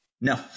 No